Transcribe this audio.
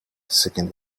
seeking